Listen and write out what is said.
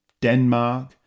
Denmark